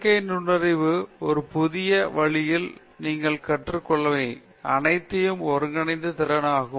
செயற்கை நுண்ணறிவு ஒரு புதிய வழியில் நீங்கள் கற்றுக்கொண்டவை அனைத்தையும் ஒன்றிணைக்கும் திறன் ஆகும்